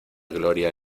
gloria